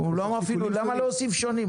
למה להוסיף שונים?